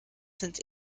sind